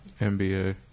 NBA